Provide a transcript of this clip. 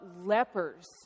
lepers